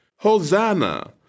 Hosanna